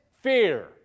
fear